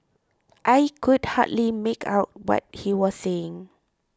I could hardly make out what he was saying